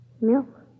Milk